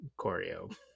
choreo